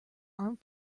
armed